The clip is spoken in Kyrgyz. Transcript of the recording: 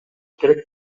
керек